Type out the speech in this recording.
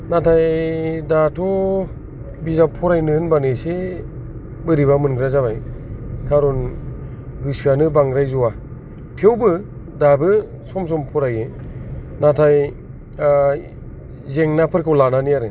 नाथाय दाथ' बिजाब फरायनो होनबानो एसे बोरैबा मोनग्रा जाबाय खारन गोसोआनो बांद्राय ज'आ थेवबो दाबो सम सम फरायो नाथाय जेंनाफोरखौ लानानै आरो